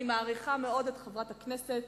אני מעריכה מאוד את חברת הכנסת,